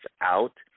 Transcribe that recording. out